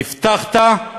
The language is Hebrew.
הבטחת?